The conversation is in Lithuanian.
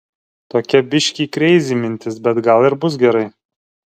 tokia biškį kreizi mintis bet gal ir bus gerai